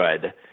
good